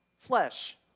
flesh